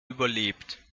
überlebt